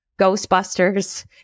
Ghostbusters